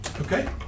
Okay